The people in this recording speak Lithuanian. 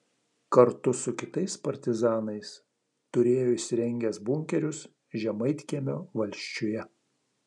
kartu su kitais partizanais turėjo įsirengęs bunkerius žemaitkiemio valsčiuje